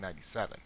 1997